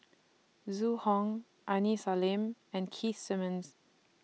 Zhu Hong Aini Salim and Keith Simmons